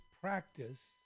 practice